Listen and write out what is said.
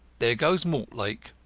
there goes mortlake!